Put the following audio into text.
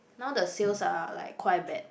now the sales are like quite bad